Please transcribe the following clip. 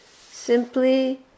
simply